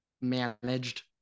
managed